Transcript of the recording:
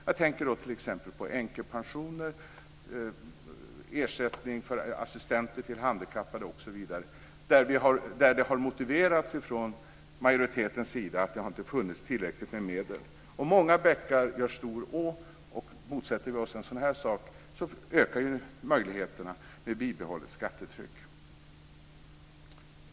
Jag tänker då på änkepensioner, på ersättning för assistenter till handikappade osv. Där har det från majoritetens sida motiverats med att det inte funnits tillräckligt med medel. Men många bäckar gör stor å. Motsätter vi oss en sådan här sak ökar ju möjligheterna till bibehållet skattetryck.